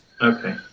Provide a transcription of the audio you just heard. Okay